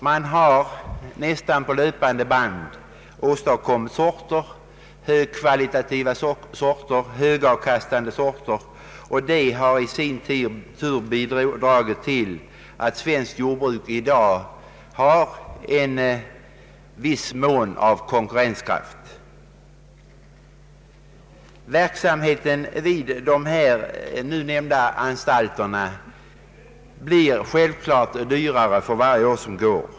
Man har nästan på löpande band åstadkommit högkvalitativa och högavkastande sorter. Det har i sin tur bidragit till att svenskt jordbruk i dag har en viss konkurrenskraft. Verksamheten vid de nu nämnda anstalterna blir självfallet dyrare för varje år som går.